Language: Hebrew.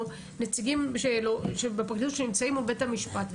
נציגים בפרקליטות שנמצאים בבית המשפט,